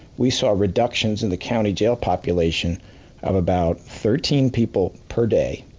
we saw reductions in the county jail population of about thirteen people per day,